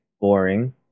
Boring